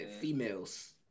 Females